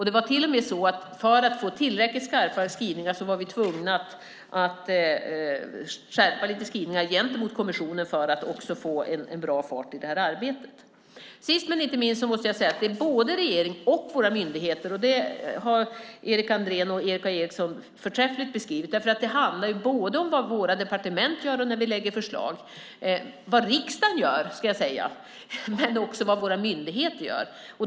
Det var till och med så att vi för att få tillräckligt skarpa skrivningar var tvungna att skärpa lite skrivningar gentemot kommissionen för att få bra fart i detta arbete. Sist men inte minst måste jag säga att detta handlar om både regering, riksdag och myndigheter. Det beskrev Gunnar Andrén och Erik A Eriksson på ett förträffligt sätt. Det handlar om vad departementen gör när vi lägger fram förslag, vad riksdagen gör och vad myndigheterna gör.